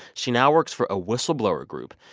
she now works for a whistleblower group.